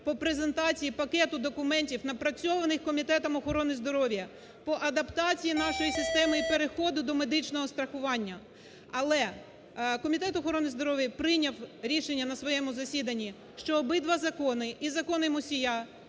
по презентації пакету документів напрацьованих Комітетом охорони здоров'я по адаптації нашої системи і переходу до медичного страхування. Але Комітет охорони здоров'я прийняв рішення на своєму засіданні, що обидва закони і закони Мусія,